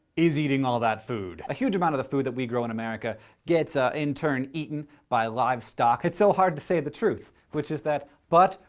is eating all that food. a huge amount of the food that we grow in america gets ah, in turn eaten by livestock. it's so hard to say the truth, which is that, but,